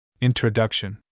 Introduction